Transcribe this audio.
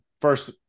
first